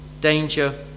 danger